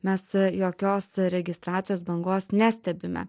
mes jokios registracijos bangos nestebime